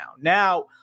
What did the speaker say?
Now